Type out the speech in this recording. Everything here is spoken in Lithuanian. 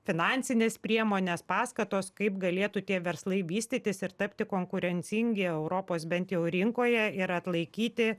finansinės priemonės paskatos kaip galėtų tie verslai vystytis ir tapti konkurencingi europos bent jau rinkoje yra atlaikyti